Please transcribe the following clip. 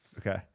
Okay